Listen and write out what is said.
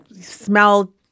smell